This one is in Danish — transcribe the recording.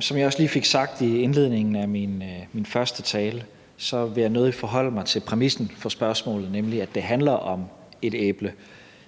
Som jeg også lige fik sagt i indledningen af min første tale, vil jeg nødig forholde mig til præmissen for spørgsmålet, nemlig at det handler om et æble.